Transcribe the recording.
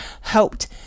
helped